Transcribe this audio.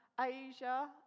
Asia